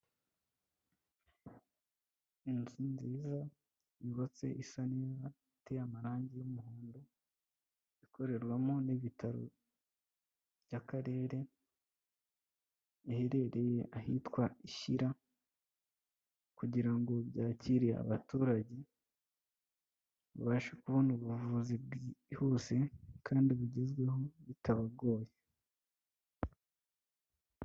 Inzu nziza yubatse isa neza iteyemo amarangi y'umuhondo ikorerwamo n'ibitaro by'akarere iherereye ahitwa Ishyira kugira ngo byakire abaturage babashe kubona ubuvuzi bwihuse kandi bugezweho bitabagoye.